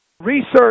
Research